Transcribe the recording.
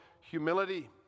humility